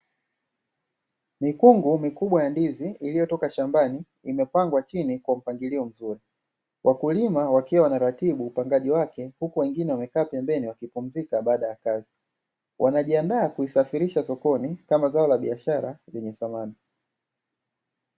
Mikungu mikubwa ya ndizi ilitoka shambani imepangwa chini kwa mpangilio mzuri, wakulima wakiwa wanaratibu upangaji wake huku wengine wamekaa pembeni, wakipumzika baada ya kazi, wanajiandaa kuisafirisha sokoni kama zao la biashara lenye thamani.